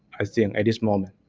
i think at this moment.